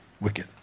wicked